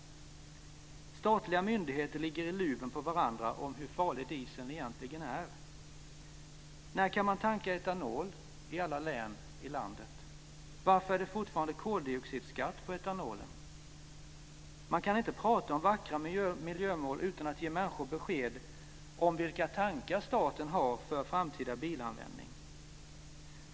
Statliga myndigheter ligger i luven på varandra om hur farlig dieseln egentligen är. När kan man tanka etanol i alla län i landet? Varför är det fortfarande koldioxidskatt på etanolen? Man kan inte tala om vackra miljömål utan att ge människor besked om vilka tankar staten har för framtida bilanvändning.